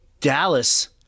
Dallas